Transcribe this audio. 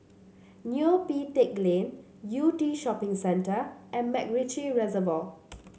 Neo Pee Teck Lane Yew Tee Shopping Centre and MacRitchie Reservoir